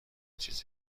چیز